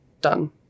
done